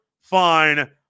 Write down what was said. fine